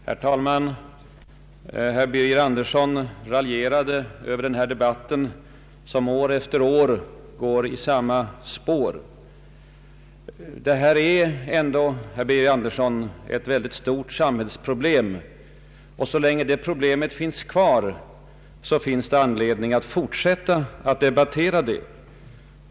Herr talman! Det finns ingen anledning att, som herr Birger Andersson, raljera över denna debatt, som ”år efter år går i samma spår”. Debatten gäller, herr Birger Andersson, ett väldigt stort samhällsproblem. Så länge detta problem existerar finns det anledning att fortsätta debattera det.